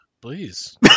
please